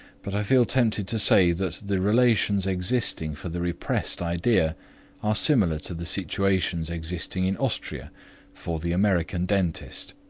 but i feel tempted to say that the relations existing for the repressed idea are similar to the situations existing in austria for the american dentist,